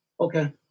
Okay